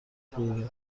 غیر